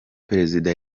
perezida